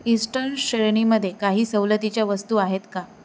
eastern श्रेणीमध्ये काही सवलतीच्या वस्तू आहेत का